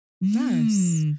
Nice